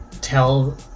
tell